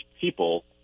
people